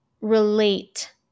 relate